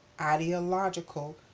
ideological